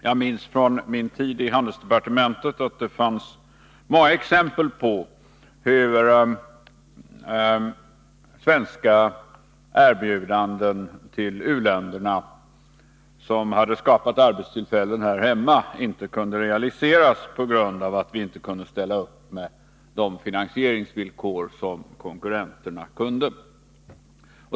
Jag minns från min tid i handelsdepartementet många exempel på hur svenska erbjudanden till u-länderna, som hade skapat arbetstillfällen här hemma, inte kunde realiseras på grund av att vi inte kunde ställa upp med de finansiella villkor som konkurrenterna kunde.